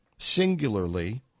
singularly